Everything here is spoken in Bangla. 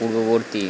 পূর্ববর্তী